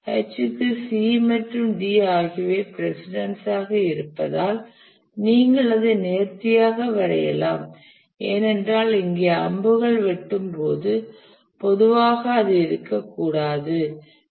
H ற்கு C மற்றும் D ஆகியவை பிரசிடன்ஸ் ஆக இருப்பதால் நீங்கள் அதை நேர்த்தியாக வரையலாம் ஏனென்றால் இங்கே அம்புகள் வெட்டும்போது பொதுவாக அது இருக்கக்கூடாது